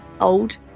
Old